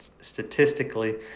statistically